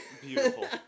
Beautiful